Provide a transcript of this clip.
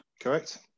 Correct